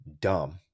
dumb